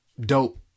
dope